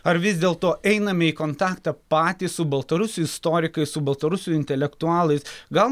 ar vis dėlto einame į kontaktą patys su baltarusių istorikais su baltarusių intelektualais gal